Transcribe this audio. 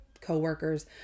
coworkers